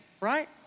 right